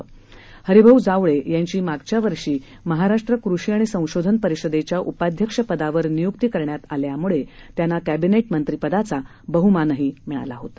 दरम्यान हरिभाऊ जावळे यांची मागील वर्षी महाराष्ट्र कृषी व संशोधन परिषदेच्या उपाध्यक्ष पदावर नियुक्ती करण्यात आल्यामुळे त्यांना कॅबिनेट मंत्रिपदाचा बहुमान मिळाला होता